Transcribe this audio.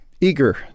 eager